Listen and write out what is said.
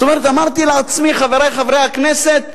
זאת אומרת, אמרתי לעצמי, חברי חברי הכנסת,